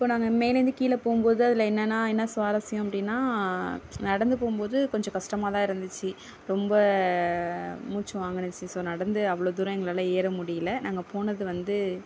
இப்போ நாங்கள் மேலேந்து கீழே போகும்போது அதில் என்னென்னா என்ன சுவாரஸ்யம் அப்படினா நடந்து போகும்போது கொஞ்சம் கஷ்டமாக தான் இருந்துச்சு ரொம்ப மூச்சு வாங்குனுச்சு ஸோ நடந்து அவ்வளோ தூரம் எங்களால் ஏற முடியல நாங்கள் போனது வந்து